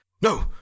no